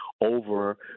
over